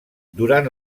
durant